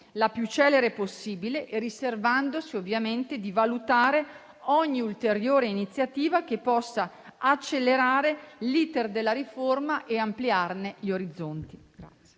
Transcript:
la più celere possibile e riservandosi ovviamente di valutare ogni ulteriore iniziativa che possa accelerare l'*iter* della riforma e ampliarne gli orizzonti.